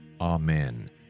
Amen